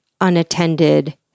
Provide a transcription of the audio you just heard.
unattended